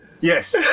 Yes